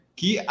que